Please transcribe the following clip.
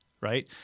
right